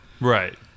right